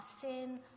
sin